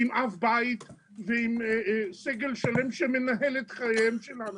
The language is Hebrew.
עם אב בית ועם סגל שלם שמנהל את חיי האנשים.